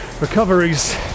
recoveries